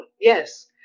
Yes